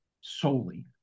solely